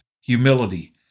humility